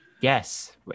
Yes